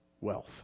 wealth